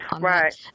Right